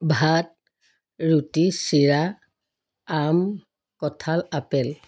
ভাত ৰুটি চিৰা আম কঁঠাল আপেল